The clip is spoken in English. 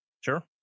Sure